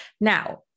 Now